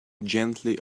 gently